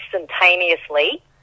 instantaneously